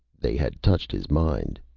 they had touched his mind.